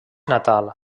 natal